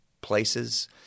places